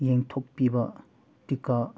ꯌꯦꯡꯊꯣꯛꯄꯤꯕ ꯇꯤꯀꯥ